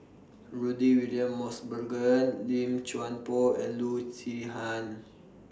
Rudy William Mosbergen Lim Chuan Poh and Loo Zihan